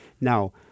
Now